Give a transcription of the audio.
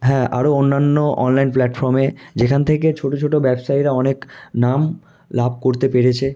হ্যাঁ আরো অন্যান্য অনলাইন প্লাটফর্মে যেখান থেকে ছোটো ছোটো ব্যবসায়ীরা অনেক নাম লাভ করতে পেরেছে